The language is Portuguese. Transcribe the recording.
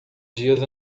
dias